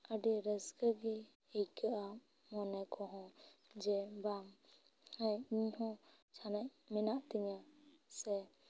ᱟᱹᱰᱤ ᱨᱟᱹᱥᱠᱟᱹ ᱜᱮ ᱟᱹᱭᱠᱟᱹᱜᱼᱟ ᱢᱚᱱᱮ ᱠᱚᱦᱚᱸ ᱡᱮ ᱵᱟᱝ ᱦᱮᱸ ᱤᱧ ᱦᱚᱸ ᱡᱟᱦᱟᱸ ᱱᱟᱜ ᱢᱮᱱᱟᱜ ᱛᱤᱧᱟᱹ ᱥᱮ